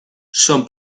son